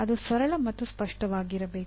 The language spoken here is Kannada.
ಅದು ಸರಳ ಮತ್ತು ಸ್ಪಷ್ಟವಾಗಿರಬೇಕು